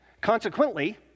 Consequently